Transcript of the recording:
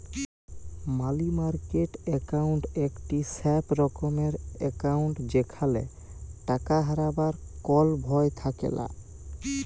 মালি market account একটি safe রকমের account যেখালে টাকা হারাবার কল ভয় থাকেলা